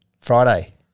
Friday